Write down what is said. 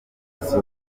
inkunga